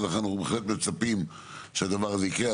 ולכן אנחנו מצפים שהדבר הזה יקרה.